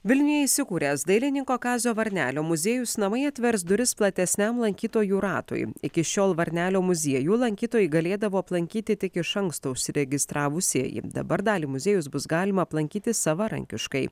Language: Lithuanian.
vilniuje įsikūręs dailininko kazio varnelio muziejus namai atvers duris platesniam lankytojų ratui iki šiol varnelio muziejų lankytojai galėdavo aplankyti tik iš anksto užsiregistravusieji dabar dalį muziejus bus galima aplankyti savarankiškai